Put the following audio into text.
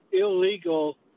illegal